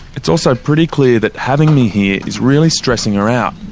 it's also pretty clear that having me here is really stressing her out.